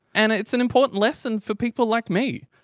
and it's an important lesson for people like me.